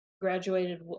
graduated